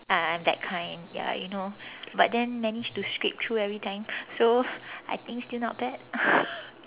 ah I'm that kind ya you know but then managed to scrape through every time so I think still not bad